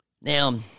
Now